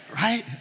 right